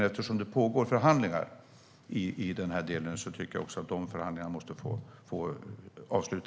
Eftersom det pågår förhandlingar i den här delen tycker jag dock att de måste få avslutas, helt enkelt.